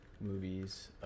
movies